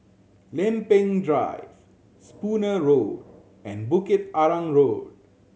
Lempeng Drive Spooner Road and Bukit Arang Road